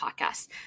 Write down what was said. podcast